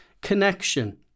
connection